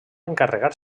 encarregar